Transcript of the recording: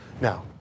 Now